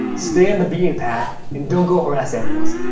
stay on the beaten path and don't go harass animals.